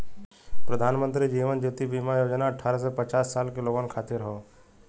प्रधानमंत्री जीवन ज्योति बीमा योजना अठ्ठारह से पचास साल के लोगन खातिर हौ